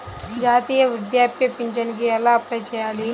జాతీయ వృద్ధాప్య పింఛనుకి ఎలా అప్లై చేయాలి?